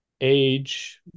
age